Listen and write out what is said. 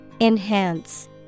Enhance